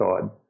side